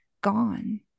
gone